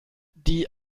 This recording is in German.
die